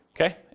Okay